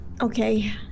Okay